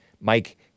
Mike